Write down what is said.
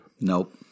Nope